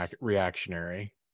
reactionary